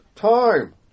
Time